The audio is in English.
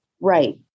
Right